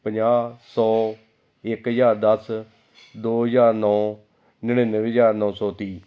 ਪੰਜਾਹ ਸੌ ਇੱਕ ਹਜ਼ਾਰ ਦਸ ਦੋ ਹਜ਼ਾਰ ਨੌ ਨੜ੍ਹਿੰਨਵੇਂ ਹਜ਼ਾਰ ਨੌ ਸੌ ਤੀਹ